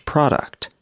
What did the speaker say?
Product